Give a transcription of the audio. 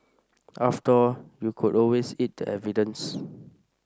after all you could always eat the evidence